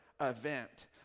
event